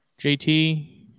JT